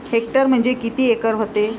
Hectare म्हणजे किती acre व्हते?